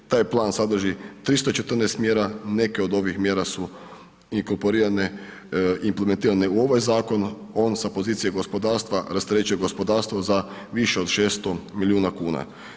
Taj plan sadrži 314 mjera, neke od ovih mjera su inkorporirane, implementirane u ovaj zakon, on sa pozicije gospodarstva rasterećuje gospodarstvo za više od 600 milijuna kuna.